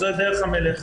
זו דרך המלך.